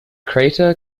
crater